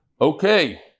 Okay